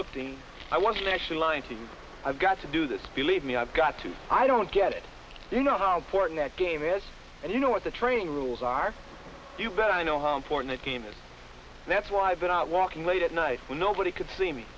day i was actually lying to him i've got to do this believe me i've got to i don't get it you know how important that game is and you know what the training rules are you bet i know how important a game is that's why i've been out walking late at night when nobody could see me